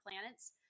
planets